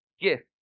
gift